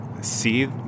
see